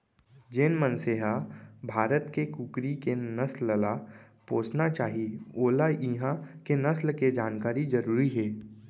जेन मनसे ह भारत के कुकरी के नसल ल पोसना चाही वोला इहॉं के नसल के जानकारी जरूरी हे